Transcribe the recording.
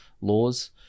laws